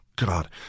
God